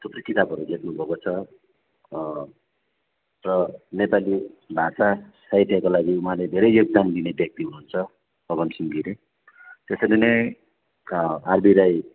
थुप्रै किताबहरू लेख्नु भएको छ र नेपाली भाषा साहित्यको लागि उहाँले धेरै योगदान दिने व्यक्ति हुनुहुन्छ अगमसिँह गिरी त्यसरी नै आरबी राई